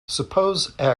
suppose